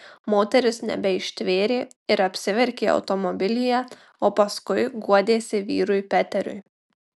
moteris nebeištvėrė ir apsiverkė automobilyje o paskui guodėsi vyrui peteriui